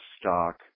stock